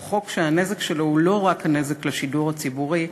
הוא חוק שהנזק שלו הוא לא רק נזק לשידור הציבורי,